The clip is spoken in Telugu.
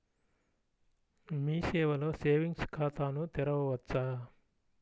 మీ సేవలో సేవింగ్స్ ఖాతాను తెరవవచ్చా?